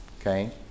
Okay